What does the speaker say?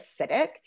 acidic